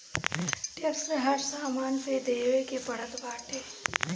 tax हर सामान पे देवे के पड़त बाटे